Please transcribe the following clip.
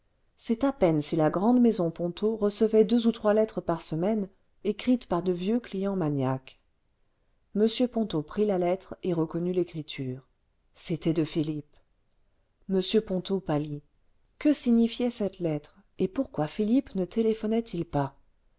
c'est à peine si la grande maison ponto recevait deux ou trois lettres par semaine écrites par de vieux clients maniaques m ponto prit la lettre et reconnut l'écriture c'était de philippe m ponto pâlit que signifiait cette lettre et pourquoi philippe ne téléphonait il pas